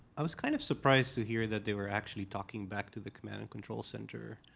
i was kind of surprised to hear that they were actually talking back to the command and control center.